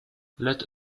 let